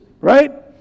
right